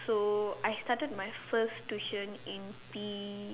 so I started my first tuition in P